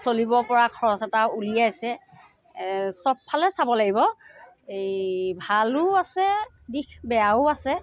চলিব পৰা খৰচ এটা উলিয়াইছে সবফালে চাব লাগিব এই ভালো আছে দিশ বেয়াও আছে